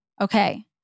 Okay